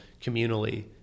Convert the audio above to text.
communally